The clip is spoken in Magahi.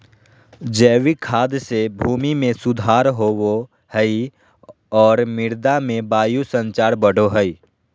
जैविक खाद से भूमि में सुधार होवो हइ और मृदा में वायु संचार बढ़ो हइ